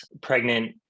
pregnant